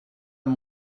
amb